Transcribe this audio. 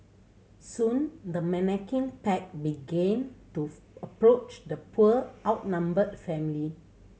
soon the menacing pack began to approach the poor outnumbered family